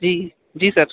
جی جی سر